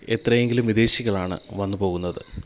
എത്രയെങ്കിലും വിദേശികളാണ് വന്നു പോകുന്നത്